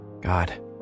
God